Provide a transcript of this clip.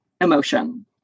emotion